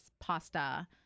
pasta